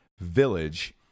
village